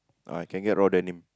ah can get raw denim